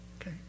Okay